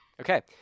Okay